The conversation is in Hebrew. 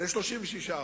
ל-36%.